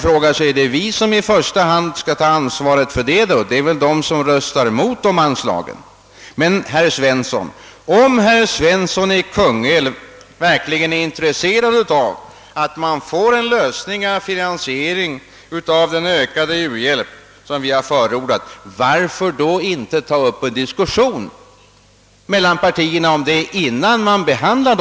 Är det vi som då i första hand skall ta ansvaret? Skall inte de som röstar emot förslagen göra det? Om herr Svensson i Kungälv verkligen är intresserad av en lösning av frågan om hur den ökade u-hjälp vi har förordat skall finansieras, varför då inte ta upp en diskussion mellan partierna om det innan ärendet behandlas?